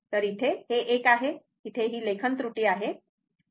तर ते इथे हे 1 आहे इथे लेखन त्रुटी आहे